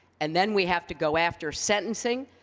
and, then we have to go after sentencing,